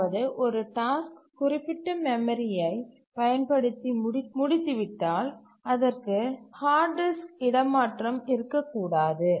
அதாவது ஒரு டாஸ்க் குறிப்பிட்ட மெமரியை பயன்படுத்தி முடித்துவிட்டால் அதற்கு ஹார்ட் டிஸ்க் இடமாற்றம் இருக்க கூடாது